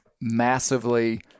massively –